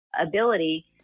ability